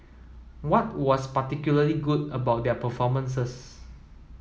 what was particularly good about their performances